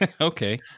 Okay